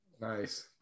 nice